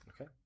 Okay